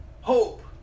Hope